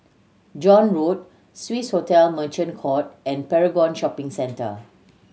John Road Swissotel Merchant Court and Paragon Shopping Centre